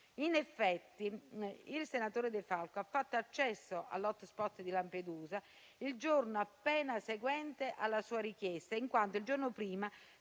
In effetti, il senatore De Falco ha fatto accesso all'*hotspot* di Lampedusa il giorno appena seguente alla sua richiesta, in quanto il giorno prima